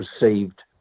received